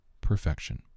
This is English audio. perfection